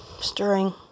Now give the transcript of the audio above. Stirring